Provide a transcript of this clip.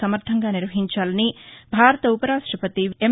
సమర్థంగా నిర్వహించాలని భారత ఉపరాష్టపతి ఎం